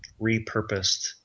repurposed